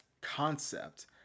concept